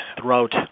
throughout